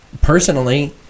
Personally